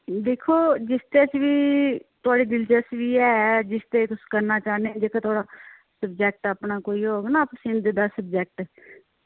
दिक्खो जिसदे च बी थुआढ़ी दिलचस्पी ऐ जिसदे च बी तुस करना चाह्नें जेह्का कोई सब्जेक्ट थुआढ़ा कोई होग ना फेवरेट सब्जेक्ट